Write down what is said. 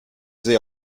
sie